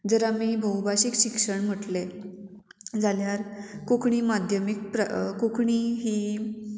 जर आमी भोवु भाशेक शिक्षण म्हटले जाल्यार कोंकणी माध्यमीक प्र कोंकणी ही